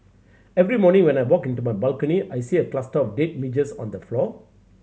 every morning when I walk into my balcony I see a cluster of dead midges on the floor